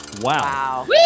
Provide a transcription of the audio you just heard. Wow